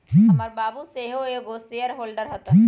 हमर बाबू सेहो एगो शेयर होल्डर हतन